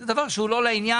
זה דבר שהוא לא לעניין.